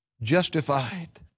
Justified